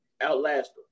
outlast